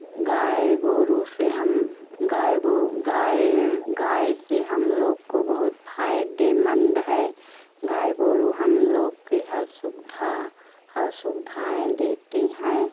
गाय गोरू से हम गाय गो गाय गाय से हम लोग को बहुत फायदेमंद है गाय गोरू हम लोग की हर सुविधा हर सुविधाएँ देती हैं